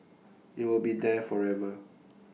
IT will be there forever